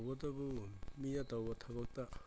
ꯇꯧꯕꯇꯕꯨ ꯃꯤꯅ ꯇꯧꯕ ꯊꯕꯛꯇ